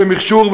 מכשור,